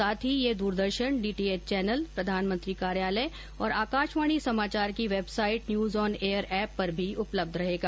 साथ ही ये दूरदर्शन डीटीएच चैनल प्रधानमंत्री कार्यालय और आकाशवाणी समाचार की वेबसाइट और न्यूज़ ऑन एयर एप पर भी उपलब्ध रहेगा